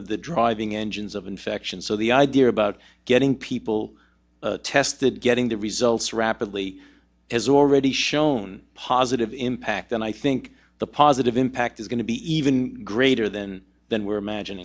of the driving engines of infection so the idea about getting people tested getting the results rapidly is already shown positive impact and i think the positive impact is going to be even greater than than we're imagi